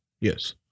Yes